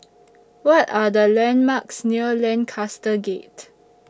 What Are The landmarks near Lancaster Gate